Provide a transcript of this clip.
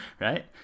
right